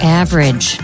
average